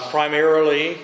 Primarily